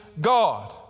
God